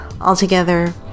Altogether